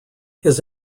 his